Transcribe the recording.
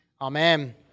Amen